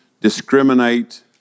discriminate